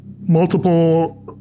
Multiple